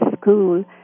school